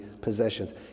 possessions